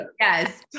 Yes